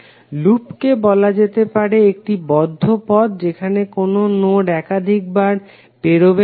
loop কে বলা যেতে পারে একটি বদ্ধ পথ যেখানে কোনো নোড একাধিক বার পেরোবে না